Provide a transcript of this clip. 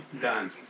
done